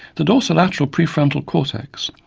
the dorsolateral prefrontal cortex,